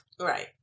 Right